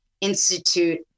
institute